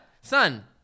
Son